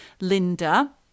Linda